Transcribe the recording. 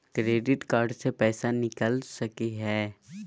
Credit card से पैसा निकल सकी हय?